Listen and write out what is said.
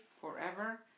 forever